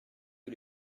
que